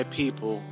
people